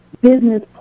business